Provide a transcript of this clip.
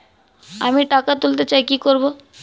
আমি টাকা তুলতে চাই কি করব?